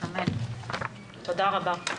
תודה רבה.